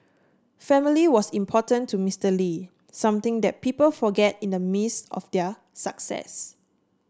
family was important to Mister Lee something that people forget in the midst of their success